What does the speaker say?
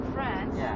France